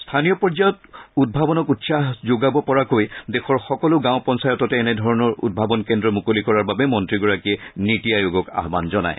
স্থানীয় পৰ্যায়ত উদ্ভাৱনক উৎসাহ যোগাব পৰাকৈ দেশৰ সকলো গাঁও পঞ্চায়ততে এনেধৰণৰ উদ্ভাৱন কেন্দ্ৰ মুকলি কৰাৰ বাবে মন্ত্ৰীগৰাকীয়ে নীতি আয়োগক আহবান জনায়